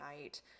night